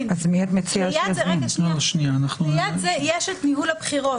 האלקטרוני ----- מה הייתה המילה הראשונה במשפט שלי?